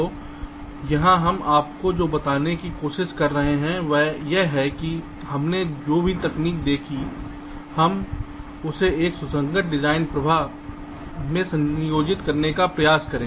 तो यहां हम आपको जो बताने की कोशिश कर रहे हैं वह यह है कि हमने जो भी तकनीक देखी है हम उसे एक सुसंगत डिजाइन प्रवाह में संयोजित करने का प्रयास करें